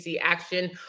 action